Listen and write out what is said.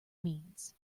means